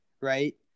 right